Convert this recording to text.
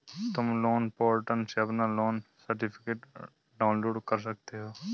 तुम loan portal से अपना लोन सर्टिफिकेट डाउनलोड कर सकते हो